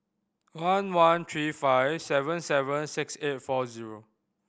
one one three five seven seven six eight four zero